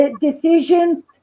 decisions